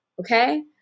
Okay